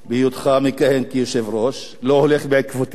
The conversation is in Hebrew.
בהיותך מכהן כיושב-ראש, לא הולך בעקבותי,